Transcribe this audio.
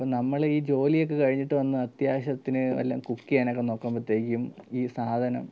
ഇപ്പോൾ നമ്മളുടെ ജോലിയൊക്കെ കഴിഞ്ഞിട്ട് വന്ന് അത്യാവശ്യത്തിന് വല്ലതും കുക്ക് ചെയ്യാനൊക്കെ നോക്കുമ്പത്തേക്കിനും ഈ സാധനം